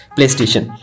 PlayStation